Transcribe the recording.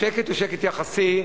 השקט הוא שקט יחסי.